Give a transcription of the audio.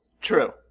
True